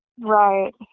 right